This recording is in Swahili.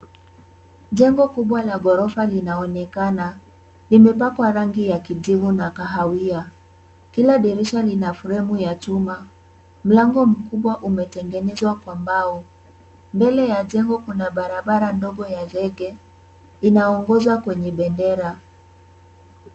Jengo kubwa la ghorofa linaonekana limepakwa rangi ya kijivu na kahawia. kila dirisha lina fremu ya chuma. Mlango mkubwa umetengenezwa kwa mbao. Mbele ya jengo kuna barabara ndogo ya zege inaongoza kwenye bendera.